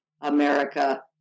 America